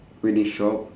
wedding shop